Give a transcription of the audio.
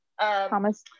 Thomas